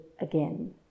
again